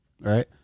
Right